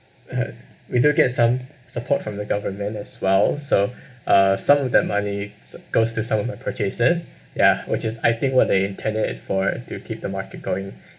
we do get some support from the government as well so uh some of that money goes to some of my purchases ya which is I think where they intended it for to keep the market going